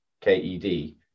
K-E-D